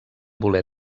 voler